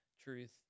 truth